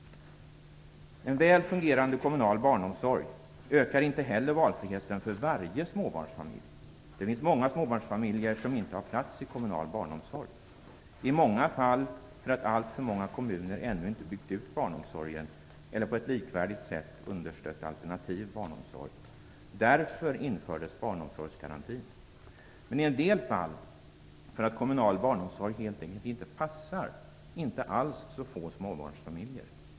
En väl fungerande kommunal barnomsorg ökar inte heller valfriheten för varje småbarnsfamilj. Det finns många småbarnsfamiljer som inte har plats i kommunal barnomsorg. I många fall beror det på att alltför många kommuner ännu inte byggt ut barnomsorgen eller på ett likvärdigt sätt understött alternativ barnomsorg. Därför infördes barnomsorgsgarantin. Men i en del fall infördes den därför att kommunal barnomsorg helt enkelt inte passar inte alls så få småbarnsfamiljer.